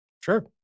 Sure